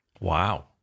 Wow